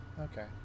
Okay